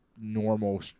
normal